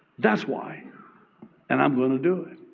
that's why. and i'm going to do it.